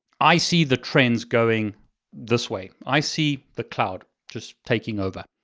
i see the trends going this way i see the cloud just taking over.